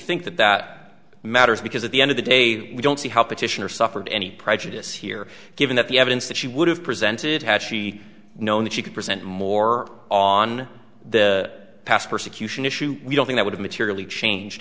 think that that matters because at the end of the day we don't see how petitioner suffered any prejudice here given that the evidence that she would have presented had she known that she could present more on the past persecution issue we don't think i would have materially changed